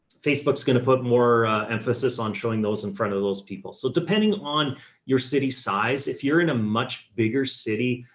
facebook is going to put more emphasis on showing those in front of those people. so depending on your city size, if you're in a much bigger city,